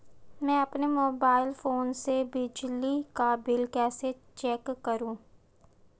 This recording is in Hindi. मैं अपने मोबाइल फोन से बिजली का बिल कैसे चेक करूं?